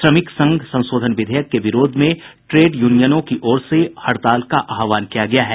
श्रमिक संघ संशोधन विधेयक के विरोध में ट्रेड यूनियन की ओर से हड़ताल का आह्वान किया गया है